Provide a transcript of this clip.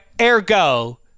ergo –